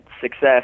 success